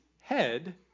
head